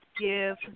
give